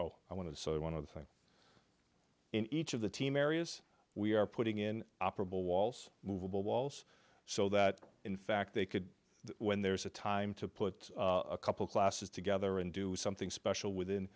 oh i want to so one of the things in each of the team areas we are putting in operable walls moveable walls so that in fact they could when there's a time to put a couple classes together and do something special within